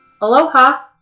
Aloha